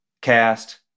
cast